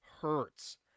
hurts